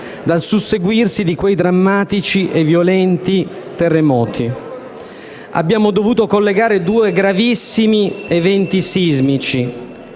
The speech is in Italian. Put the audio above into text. dal susseguirsi di quei drammatici e violenti terremoti. Abbiamo dovuto collegare due gravissimi eventi sismici,